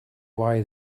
why